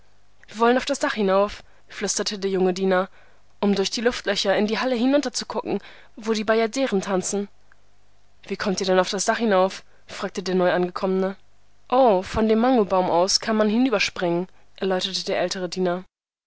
wir wollen auf das dach hinauf flüsterte der junge diener um durch die luftlöcher in die halle hinunter zu gucken wo die bajaderen tanzen wie kommt ihr denn auf das dach hinauf fragte der neuangekommene o von dem mangobaum aus kann man hinüberspringen erläuterte der ältere diener